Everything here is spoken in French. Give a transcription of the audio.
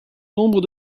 nombre